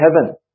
heaven